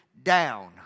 down